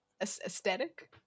aesthetic